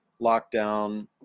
lockdown